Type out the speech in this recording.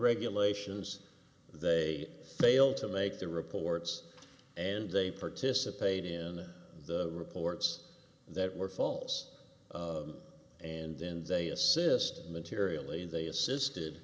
regulations they failed to make the reports and they participate in the reports that were false and then they assist materially they assisted